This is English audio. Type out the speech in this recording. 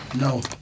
no